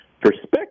perspective